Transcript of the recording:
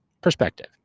perspective